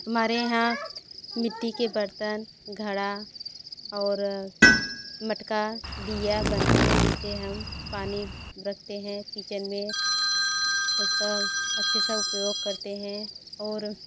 हमारे यहाँ मिट्टी के बर्तन घड़ा और मटका दिया बनते हैं जिसे हम पानी रखते हैं किचेन में उसका अच्छे से उपयोग करते हैं और